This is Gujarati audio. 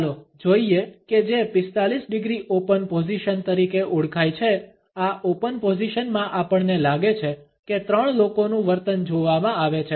ચાલો જોઈએ કે જે 45 ડિગ્રી ઓપન પોઝિશન તરીકે ઓળખાય છે આ ઓપન પોઝિશનમાં આપણને લાગે છે કે ત્રણ લોકોનું વર્તન જોવામાં આવે છે